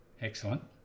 Excellent